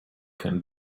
can